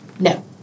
No